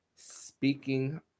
Speaking